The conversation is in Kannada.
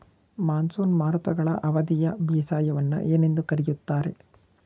ಮಾನ್ಸೂನ್ ಮಾರುತಗಳ ಅವಧಿಯ ಬೇಸಾಯವನ್ನು ಏನೆಂದು ಕರೆಯುತ್ತಾರೆ?